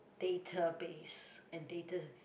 database and data